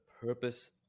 purpose